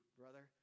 brother